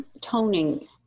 Toning